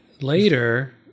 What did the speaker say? later